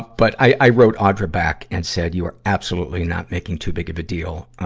but, i, i wrote audra back and said you are absolutely not making too big of a deal, ah,